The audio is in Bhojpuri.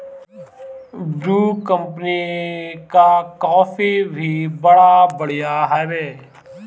ब्रू कंपनी कअ कॉफ़ी भी बड़ा बढ़िया हवे